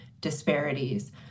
disparities